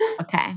Okay